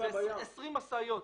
זה 20 משאיות.